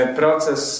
proces